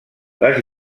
les